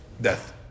death